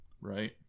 right